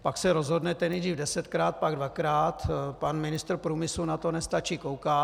Pak se rozhodnete, nejdřív desetkrát, pak dvakrát, pan ministr průmyslu na to nestačí koukat.